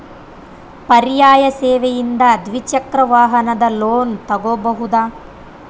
ಪರ್ಯಾಯ ಸೇವೆಯಿಂದ ದ್ವಿಚಕ್ರ ವಾಹನದ ಲೋನ್ ತಗೋಬಹುದಾ?